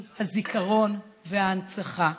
שהוא הזיכרון וההנצחה.